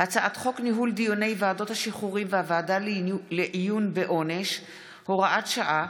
הצעת חוק ניהול דיוני ועדות השחרורים והוועדה לעיון בעונש (הוראת שעה,